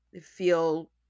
feel